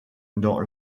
dans